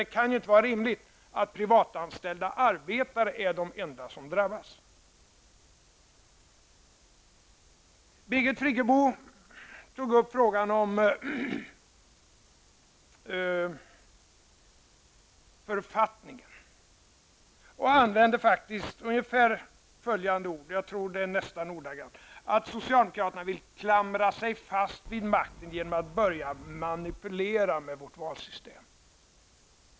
Det kan ju inte vara rimligt att privatanställda arbetare är de enda som skall drabbas. Birgit Friggebo tog upp frågan om författningen och använde faktiskt ungefär följande ord: Socialdemokraterna vill klamra sig fast vid makten genom att börja manipulera med vårt valsystem.